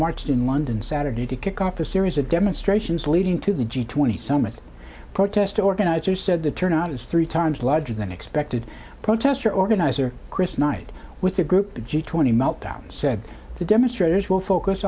marched in london saturday to kick off a series of demonstrations leading to the g twenty summit protest organizers said the turnout was three times larger than expected protester organizer chris night with the group g twenty meltdown said the demonstrators will focus